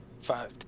five